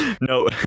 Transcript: no